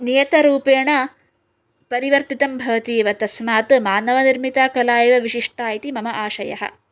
नियतरूपेण परिवर्तितं भवति एव तस्मात् मानवनिर्मिता कला एव विशिष्टा इति मम आशयः